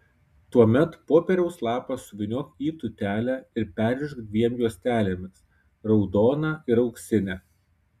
tuomet popieriaus lapą suvyniok į tūtelę ir perrišk dviem juostelėmis raudona ir auksine